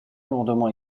lourdement